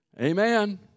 Amen